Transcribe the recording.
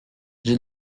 j’ai